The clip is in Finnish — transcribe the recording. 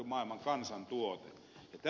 tässä suhteessa ed